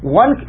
one